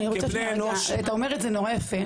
אתה אומר את זה נורא יפה,